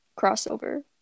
crossover